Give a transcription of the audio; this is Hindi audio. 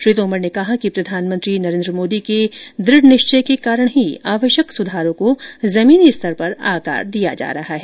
श्री तोमर ने कहा कि प्रधानमंत्री नरेन्द्र मोदी के दुढ़ निश्चय के कारण ही आवश्यक सुधारों को जमीनी स्तर पर आकार दिया जा रहा है